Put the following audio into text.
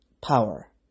power